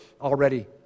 already